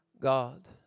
God